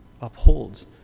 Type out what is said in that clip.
upholds